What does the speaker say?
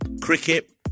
Cricket